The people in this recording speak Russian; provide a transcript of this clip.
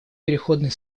переходный